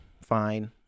fine